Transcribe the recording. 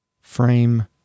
Frame